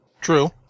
true